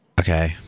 Okay